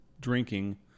drinking